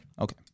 Okay